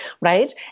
right